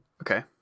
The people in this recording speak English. Okay